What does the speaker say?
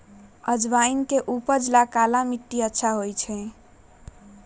अजवाइन के उपज ला काला मट्टी अच्छा होबा हई